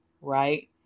right